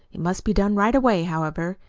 it must be done right away, however.